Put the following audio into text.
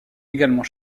également